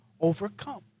overcome